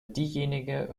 diejenige